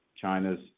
China's